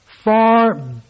Far